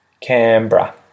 Canberra